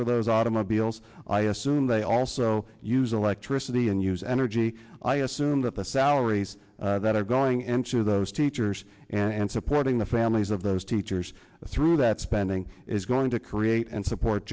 for those automobiles i assume they also use electricity and use energy i assume that the salaries that are going into those teachers and supporting the families of those teachers through that spending is going to create and support